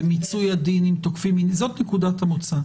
במיצוי המין עם תוקפי מין זאת נקודת המוצא.